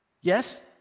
Yes